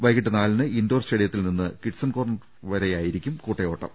വൈകിട്ട് നാലിന് ഇൻഡോർ സ്റ്റേഡിയത്തിൽ നിന്ന് കിഡ്സൺകോർണർ വരെയായിരിക്കും കൂട്ടയോട്ടം